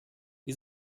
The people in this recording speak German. wir